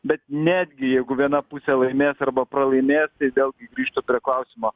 bet netgi jeigu viena pusė laimės arba pralaimės tai vėlgi grįžtu prie klausimo